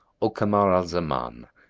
o kamar al-zaman,